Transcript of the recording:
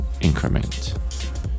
increment